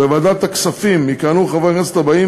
בוועדת הכספים יכהנו חברי הכנסת הבאים